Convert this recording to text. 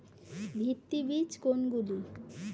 ভিত্তি বীজ কোনগুলি?